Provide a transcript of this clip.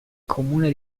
comune